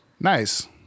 Nice